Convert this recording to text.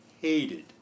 hated